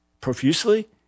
profusely